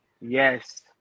Yes